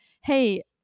hey